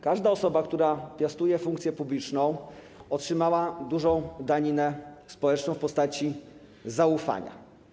Każda osoba, która piastuje funkcję publiczną, otrzymała dużą daninę społeczną w postaci zaufania.